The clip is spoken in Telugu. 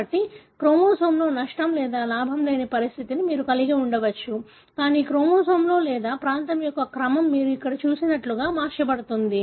కాబట్టి క్రోమోజోమ్లో నష్టం లేదా లాభం లేని పరిస్థితిని మీరు కలిగి ఉండవచ్చు కానీ క్రోమోజోమ్ లేదా ప్రాంతం యొక్క క్రమం మీరు ఇక్కడ చూసినట్లుగా మార్చబడుతుంది